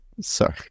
Sorry